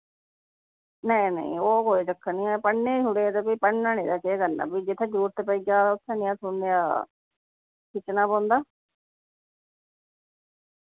नेईं नेईं ओह् कोई चक्कर निं ऐ पढ़ने गी छुड़े दे भी पढ़ना निं ते भी केह् करना जित्थें जरूरत पेई जा उत्थें जे थोह्ड़ा निहा खिच्चना पौंदा